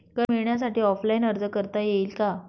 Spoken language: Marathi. कर्ज मिळण्यासाठी ऑफलाईन अर्ज करता येईल का?